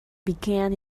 began